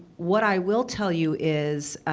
what i will tell you is